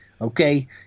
Okay